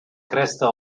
cresta